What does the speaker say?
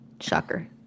Shocker